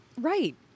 Right